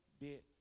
bit